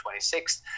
26th